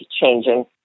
changing